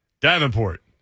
Davenport